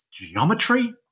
geometry